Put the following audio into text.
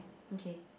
okay